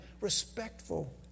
respectful